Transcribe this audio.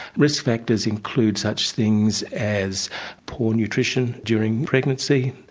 risk factors include such things as poor nutrition during pregnancy,